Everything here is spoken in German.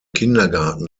kindergarten